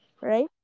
right